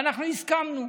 ואנחנו הסכמנו,